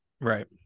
Right